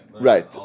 Right